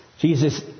Jesus